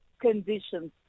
conditions